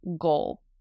goal